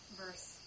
verse